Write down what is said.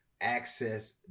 access